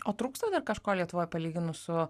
o trūksta kažko lietuvoj palyginus su